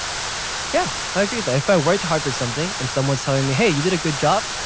yeah i agree that if i worked hard for something and someone's telling me hey, you did a good job.